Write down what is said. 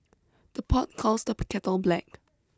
the pot calls the kettle black